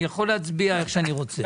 אני יכול להצביע איך שאני רוצה.